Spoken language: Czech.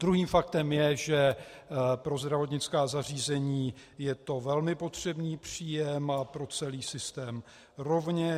Druhým faktem je, že pro zdravotnická zařízení je to velmi potřebný příjem a pro celý systém rovněž.